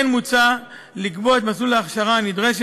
כמו כן מוצע לקבוע את מסלול ההכשרה הנדרש